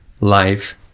life